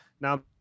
now